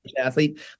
athlete